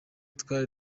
twari